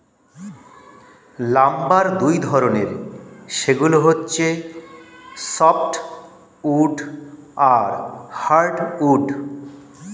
lumber দুই ধরনের, সেগুলো হচ্ছে সফ্ট উড আর হার্ড উড